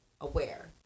aware